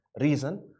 reason